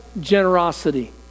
generosity